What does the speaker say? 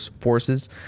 forces